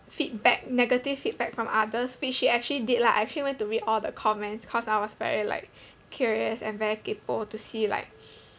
feedback negative feedback from others which he actually did lah I actually went to read all the comments cause I was very like curious and very kaypoh to see like